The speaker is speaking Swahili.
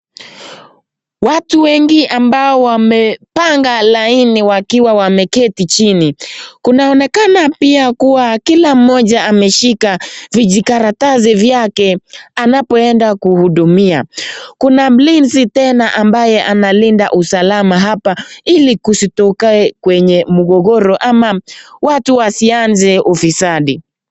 Watu wengi ambao wamepanga laini wakiwa wameketi chini, kunaonekana kuwa pia kila mmoja ameshika vijikaratasi vyake anapoenda kugudumia, kuna mlinzi tena ambaye analinda usalama hapa, ili tukae kwenye mgogoro ama watu wasinze ufisadi.